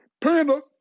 Panda